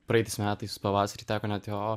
praeitais metais pavasarį teko net jo